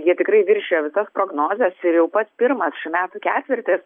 jie tikrai viršijo visas prognozes ir jau pats pirmas šių metų ketvirtis